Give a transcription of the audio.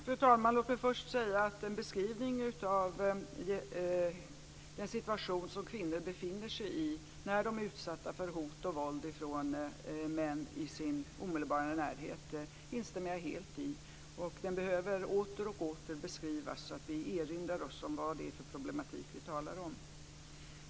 Fru talman! Låt mig först säga att jag helt instämmer i beskrivningen av den situation som kvinnor befinner sig i när de är utsatta för hot och våld av män i sin omedelbara närhet. Den behöver åter och åter beskrivas så att vi erinrar oss vad det är för problematik vi talar om.